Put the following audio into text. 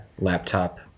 laptop